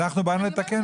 אנחנו באנו לתקן את זה.